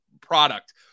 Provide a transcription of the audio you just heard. product